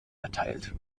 erteilt